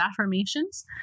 affirmations